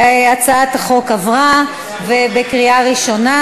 הצעת החוק עברה בקריאה ראשונה,